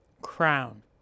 crown